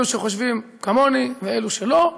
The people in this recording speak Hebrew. אלה שחושבים כמוני ואלה שלא,